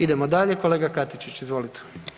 Idemo dalje, kolega Katičić, izvolite.